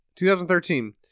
2013